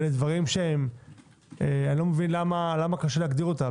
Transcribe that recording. אלה דברים שאיני מבין למה כל כך קשה להגדיר אותם.